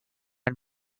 and